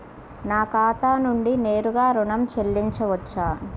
నా ఖాతా నుండి నేరుగా ఋణం చెల్లించవచ్చా?